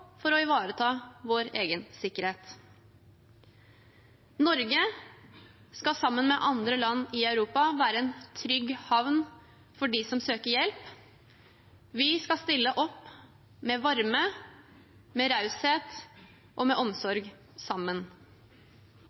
for å ivareta vår egen sikkerhet. Norge skal sammen med andre land i Europa være en trygg havn for dem som søker hjelp. Vi skal stille opp med varme, med raushet og med omsorg – sammen.